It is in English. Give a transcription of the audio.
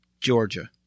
Georgia